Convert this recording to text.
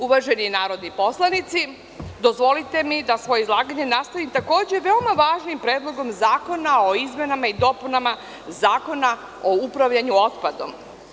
Uvaženi narodni poslanici, dozvolite mi da svoje izlaganja nastavim takođe o veoma važnom Predlogu zakona o izmenama i dopunama Zakona o upravljanju otpadom.